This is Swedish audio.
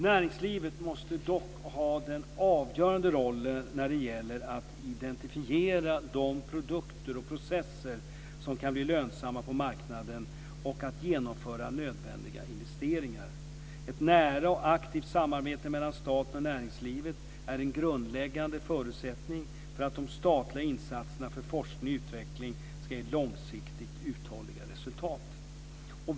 Näringslivet måste dock ha den avgörande rollen när det gäller att identifiera de produkter och processer som kan bli lönsamma på marknaden och att genomföra nödvändiga investeringar. Ett nära och aktivt samarbete mellan staten och näringslivet är en grundläggande förutsättning för att de statliga insatserna för forskning och utveckling ska ge långsiktigt uthålliga resultat.